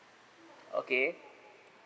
okay